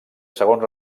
segons